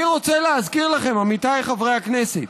אני רוצה להזכיר לכם, עמיתיי חברי הכנסת,